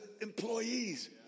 employees